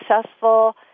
successful